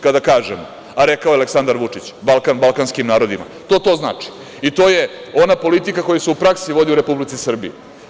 Kada kažem rekao je Aleksandar Vučić – Balkan balkanskim narodima, to to znači to i to je ona politika koja se u praksi vodi u Republici Srbiji.